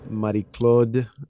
Marie-Claude